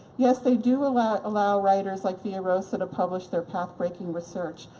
yes, they do allow allow writers like villarosa to publish their path-breaking research.